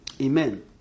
Amen